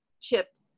chipped